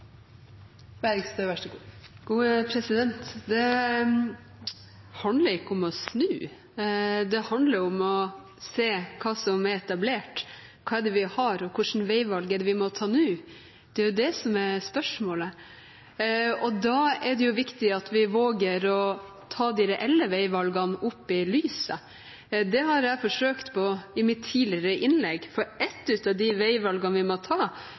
hva er det vi har, og hva slags veivalg er det vi må ta nå? Det er jo det som er spørsmålet. Da er det viktig at vi våger å ta de reelle veivalgene opp i lyset. Det har jeg forsøkt på i mitt tidligere innlegg, for ett av de veivalgene vi må ta,